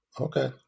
Okay